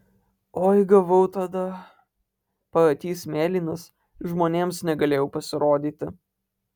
oi gavau tada paakys mėlynas žmonėms negalėjau pasirodyti